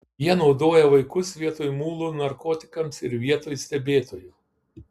jie naudoja vaikus vietoj mulų narkotikams ir vietoj stebėtojų